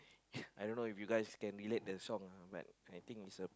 I don't know if you guys can relate the song uh but I think is a